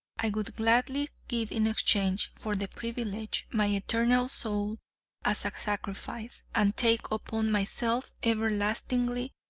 i would gladly give in exchange for the privilege, my eternal soul as a sacrifice, and take upon myself everlastingly,